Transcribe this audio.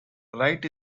wright